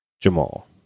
Jamal